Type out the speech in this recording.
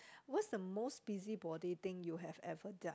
what's the most busybody thing you have ever done